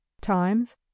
times